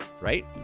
right